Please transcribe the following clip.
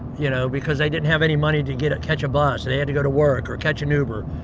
you know, because they didn't have any money to get a catch a bus, and they had to go to work or catch an uber.